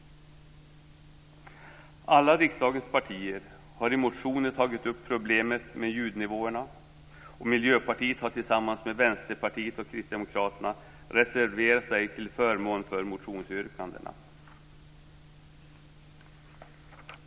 Alla riksdagens partier har i motioner tagit upp problemet med ljudnivåerna, och Miljöpartiet har tillsammans med Vänsterpartiet och Kristdemokraterna reserverat sig till förmån för motionsyrkandena.